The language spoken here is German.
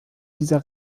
dieser